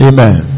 Amen